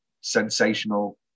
sensational